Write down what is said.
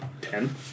ten